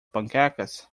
panquecas